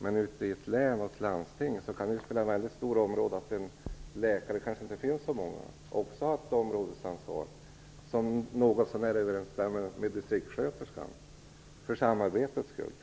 Men ute i ett län och ett landsting, där det kanske inte finns så många läkare, kan det spela väldigt stor roll att de också har ett områdesansvar som något så när överensstämmer med distriktssköterskans, exempelvis för samarbetets skull.